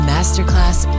Masterclass